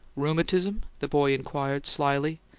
rheumatism? the boy inquired, slyly.